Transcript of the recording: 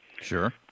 Sure